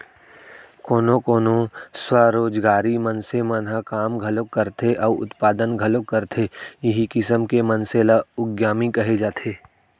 कोनो कोनो स्वरोजगारी मनसे मन ह काम घलोक करथे अउ उत्पादन घलोक करथे इहीं किसम के मनसे ल उद्यमी कहे जाथे